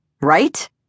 Right